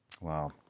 Wow